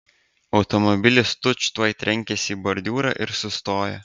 automobilis tučtuoj trenkėsi į bordiūrą ir sustojo